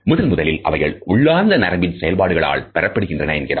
முதன்முதலில் அவைகள் உள்ளார்ந்த நரம்பின் செயல்பாடுகளால் பெறப்படுகின்றன என்கிறார்